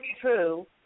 true